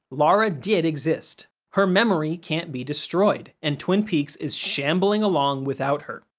laura did exist. her memory can't be destroyed, and twin peaks is shambling along without her.